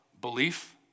belief